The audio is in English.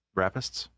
rapists